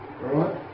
Right